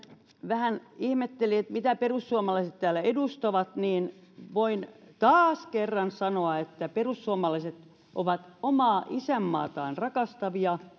vähän ihmetteli mitä perussuomalaiset täällä edustavat niin voin taas kerran sanoa että perussuomalaiset ovat omaa isänmaataan rakastavia